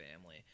family